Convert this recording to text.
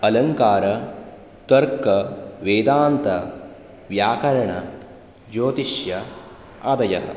अलङ्कार तर्क वेदान्त व्याकरण ज्योतिष्य आदयः